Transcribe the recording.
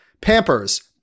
Pampers